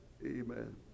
amen